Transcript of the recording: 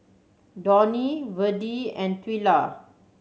Donny Verdie and Twyla